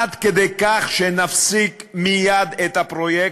עד כדי כך שנפסיק מייד את הפרויקט,